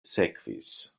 sekvis